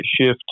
shift